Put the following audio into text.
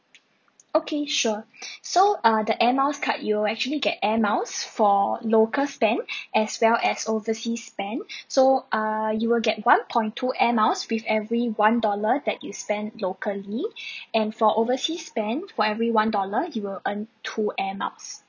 okay sure so uh the air miles card you will actually get air miles for local spend as well as oversea spend so err you will get one point two air miles with every one dollar that you spend locally and for oversea spend for every one dollar you will earn two air miles